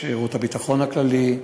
שירות הביטחון הכללי,